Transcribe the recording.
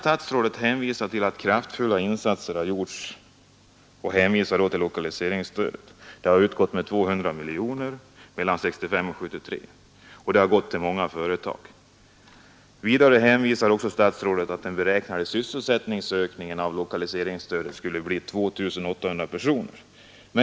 Statsrådet hänvisar till att kraftfulla insatser har gjorts och syftar då på att lokaliseringsstöd har utgått till många företag med 200 miljoner mellan 1965 och 1973. Vidare hänvisar statsrådet till att den beräknade sysselsättningsökningen genom lokaliseringsstödet skulle bli 2 800 personer.